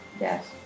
Yes